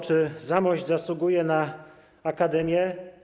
Czy Zamość zasługuje na akademię?